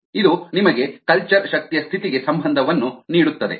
ಇದು ನಿಮಗೆ ಕಲ್ಚರ್ ಶಕ್ತಿಯ ಸ್ಥಿತಿಗೆ ಸಂಬಂಧವನ್ನು ನೀಡುತ್ತದೆ